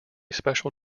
special